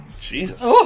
Jesus